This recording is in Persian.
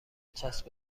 چسب